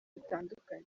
bitandukanye